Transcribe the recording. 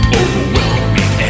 overwhelming